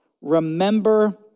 remember